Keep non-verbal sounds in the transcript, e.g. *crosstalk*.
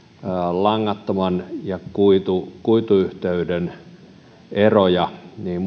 langattoman ja kuituyhteyden eroja niin *unintelligible*